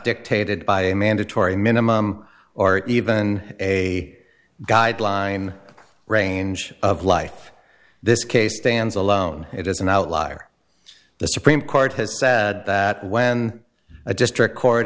dictated by a mandatory minimum or even a guideline range of life this case stands alone it is an outlier the supreme court has said that when a district court